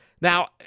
Now